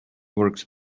works